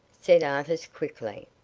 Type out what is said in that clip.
said artis, quickly,